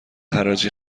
حراجی